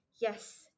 Yes